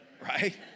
right